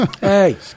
Hey